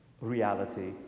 reality